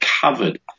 covered